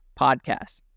podcast